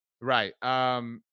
Right